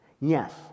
Yes